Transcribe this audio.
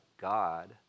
God